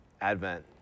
advent